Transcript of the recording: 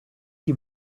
chi